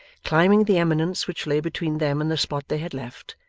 climbing the eminence which lay between them and the spot they had left,